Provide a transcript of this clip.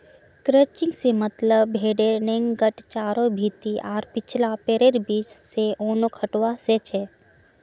crutching से मतलब भेडेर नेंगड चारों भीति आर पिछला पैरैर बीच से ऊनक हटवा से छ